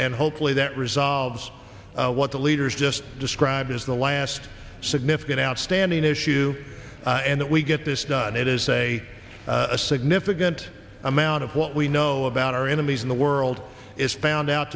and hopefully that resolves what the leaders just described as the last significant outstanding issue and that we get this done it is a significant amount of what we know about our enemies in the world is found out